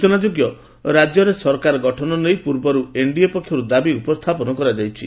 ସୂଚନାଯୋଗ୍ୟ ରାଜ୍ୟରେ ସରକାର ଗଠନ ନେଇ ପୂର୍ବରୁ ଏନ୍ଡିଏ ପକ୍ଷରୁ ଦାବୀ ଉପସ୍ଥାପନ କରାଯାଇଛି